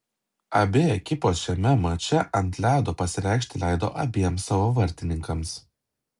abi ekipos šiame mače ant ledo pasireikšti leido abiem savo vartininkams